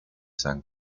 san